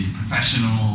professional